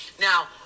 Now